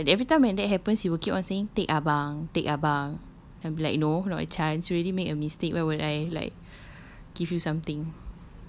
ya lah every time when that happened he will keep on saying take abang take abang I'll be like no not a chance you already make a mistake why will I like give you something